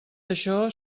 això